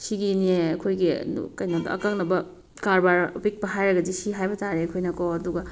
ꯁꯤꯒꯤꯅꯦ ꯑꯩꯈꯣꯏꯒꯤ ꯀꯩꯅꯣꯗ ꯑꯀꯛꯅꯕ ꯀꯔꯕꯥꯔ ꯑꯄꯤꯛꯄ ꯍꯥꯏꯔꯒꯗꯤ ꯁꯤ ꯍꯥꯏꯕꯇꯥꯔꯦ ꯑꯩꯈꯣꯏꯅ ꯀꯣ ꯑꯗꯨꯒ